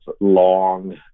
long